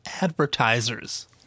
advertisers